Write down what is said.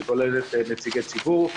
שכוללת נציגי ציבור,